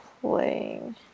playing